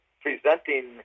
presenting